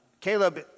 Caleb